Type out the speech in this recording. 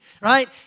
right